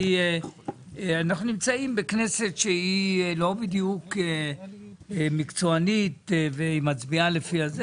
אנחנו נמצאים בכנסת שהיא לא בדיוק מקצוענית והיא מצביעה לפי הזה,